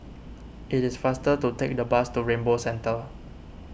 it is faster to take the bus to Rainbow Centre